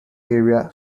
area